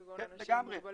כגון אנשים עם מוגבלות.